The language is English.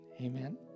Amen